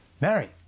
Mary